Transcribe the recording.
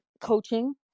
coaching